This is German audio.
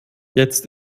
jetzt